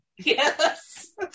Yes